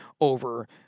over